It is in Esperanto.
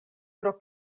pro